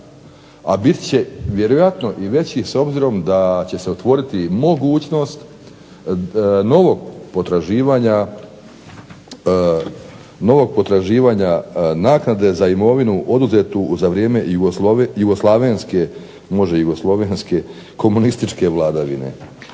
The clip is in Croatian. a bit će vjerojatno i već s obzirom da će se otvoriti mogućnosti novog potraživanja naknade za imovinu oduzetu za vrijeme jugoslavenske komunističke vladavine.